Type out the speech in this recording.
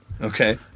Okay